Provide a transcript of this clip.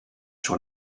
sur